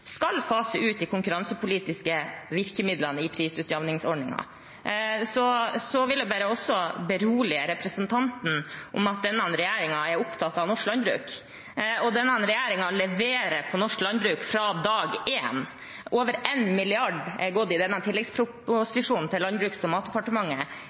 skal fase ut de konkurransepolitiske virkemidlene i prisutjamningsordningen. Så vil jeg bare berolige representanten med at denne regjeringen er opptatt av norsk landbruk, og denne regjeringen leverer på norsk landbruk fra dag én. Over 1 mrd. kr har i denne